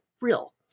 real